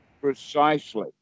Precisely